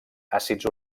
àcids